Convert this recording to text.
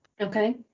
Okay